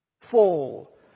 fall